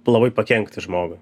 labai pakenkti žmogui